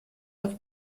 auf